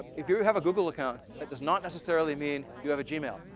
if you have a google account, that does not necessarily mean you have a gmail.